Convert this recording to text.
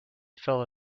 fell